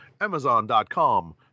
Amazon.com